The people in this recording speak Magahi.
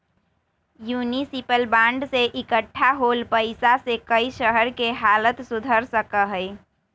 युनिसिपल बांड से इक्कठा होल पैसा से कई शहर के हालत सुधर सका हई